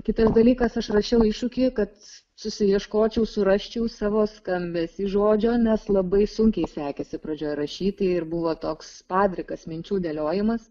kitas dalykas aš rašiau iššūkį kad susiieškočiau surasčiau savo skambesį žodžio nes labai sunkiai sekėsi pradžioje rašyti ir buvo toks padrikas minčių dėliojimas